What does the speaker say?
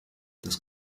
das